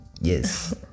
Yes